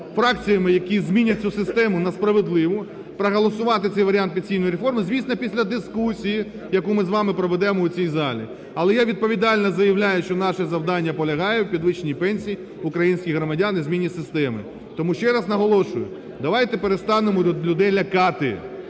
фракціями, які змінять цю систему на справедливу, проголосувати цей варіант пенсійної реформи, звісно після дискусії, яку ми з вами проведемо у цій залі. Але я відповідально заявляю, що наше завдання полягає в підвищенні пенсій українських громадян і зміні системи. Тому ще раз наголошую: давайте перестанемо людей лякати,